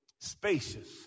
spacious